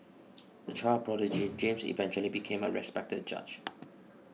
a child prodigy James eventually became a respected judge